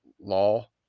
law